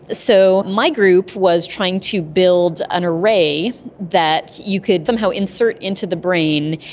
so my group was trying to build an array that you could somehow insert into the brain,